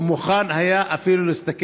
מכובדי היושב-ראש, מכובדי השר,